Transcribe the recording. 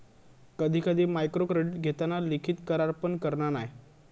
कधी कधी मायक्रोक्रेडीट घेताना लिखित करार पण करना नाय